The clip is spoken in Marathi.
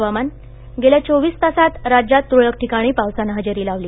हवामान गे या चोवीस तासांत रा यात तुरळक ठिकाणी पावसानं हजेरी लावली